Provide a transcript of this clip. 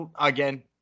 again